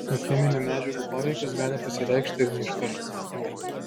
juk cheminių medžiagų poveikis gali pasireikšti ir ne iš karto